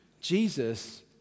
Jesus